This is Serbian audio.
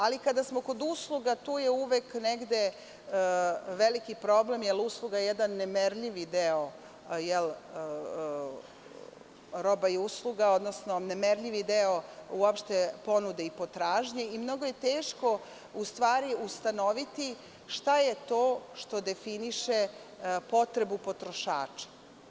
Ali, kada smo kod usluga, tu je uvek negde veliki problem, jer usluga je jedan nemerljivi deo roba i usluga, odnosno nemerljivi deo uopšte ponude i potražnje i mnogo je teško u stvari ustanoviti šta je to što definiše potrebu potrošača.